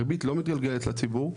הריבית לא מתגלגלת לציבור,